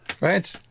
right